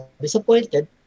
disappointed